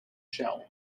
shell